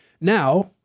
Now